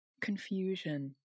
confusion